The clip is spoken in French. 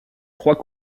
trois